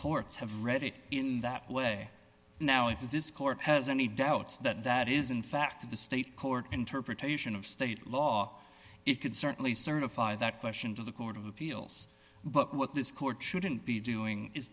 courts have read it in that way now if this court has any doubts that that is in fact the state court interpretation of state law it could certainly certify that question to the court of appeals but what this court shouldn't be doing is